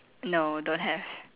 no don't have